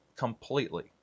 completely